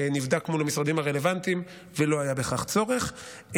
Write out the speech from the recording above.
נבדק מול המשרדים הרלוונטיים ולא היה בכך צורך.